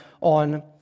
on